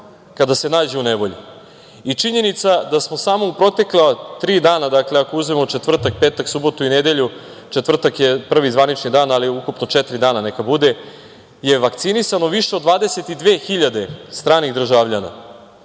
kada se nađe u nevolji. Činjenica da smo samo u protekla tri dana, dakle, ako uzmemo četvrtak, petak, subotu i nedelju, četvrtak je prvi zvanični dan, ali ukupno četiri dana neka bude je vakcinisano više od 22.000 stranih državljana,